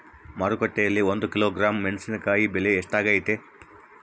ಮಾರುಕಟ್ಟೆನಲ್ಲಿ ಒಂದು ಕಿಲೋಗ್ರಾಂ ಮೆಣಸಿನಕಾಯಿ ಬೆಲೆ ಎಷ್ಟಾಗೈತೆ?